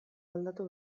aldatu